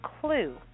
clue